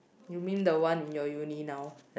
you mean the one in your uni now